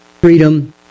freedom